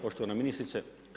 Poštovana ministrice.